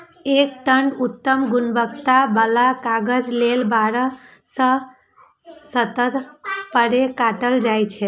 एक टन उत्तम गुणवत्ता बला कागज लेल बारह सं सत्रह पेड़ काटल जाइ छै